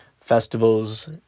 festivals